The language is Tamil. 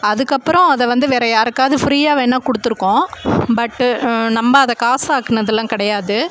அதுக்கப்பறம் அதை வந்து வேற யாருக்காவது ஃப்ரீயா வேணாம் கொடுத்துருக்கோம் பட்டு நம்ம அதை காசு ஆக்குனதுல்லாம் கிடையாது